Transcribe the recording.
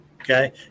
okay